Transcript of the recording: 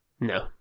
No